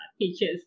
teachers